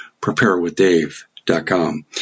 preparewithdave.com